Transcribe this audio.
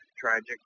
tragic